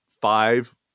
five